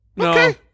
Okay